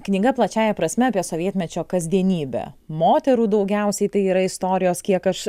knyga plačiąja prasme apie sovietmečio kasdienybę moterų daugiausiai tai yra istorijos kiek aš